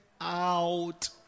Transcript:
out